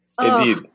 Indeed